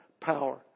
power